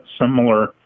similar